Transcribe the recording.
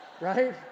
right